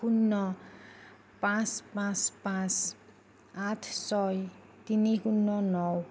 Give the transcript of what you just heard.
শূন্য পাঁচ পাঁচ পাঁচ আঠ ছয় তিনি শূন্য ন